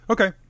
Okay